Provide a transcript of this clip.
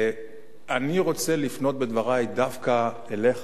אני רוצה לפנות בדברי דווקא אליך,